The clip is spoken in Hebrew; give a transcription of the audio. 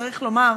צריך לומר,